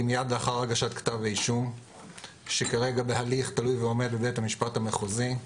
מייד לאחר הגשת כתב האישום שכרגע בהליך תלוי ועומד בבית המשפט המחוזי,